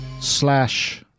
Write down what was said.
Slash